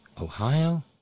Ohio